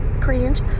cringe